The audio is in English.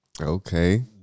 Okay